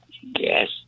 Yes